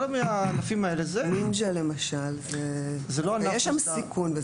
בנינג'ה, למשל, יש סיכון.